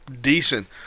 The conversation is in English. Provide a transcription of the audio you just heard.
decent